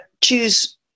choose